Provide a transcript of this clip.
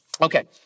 Okay